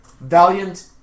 valiant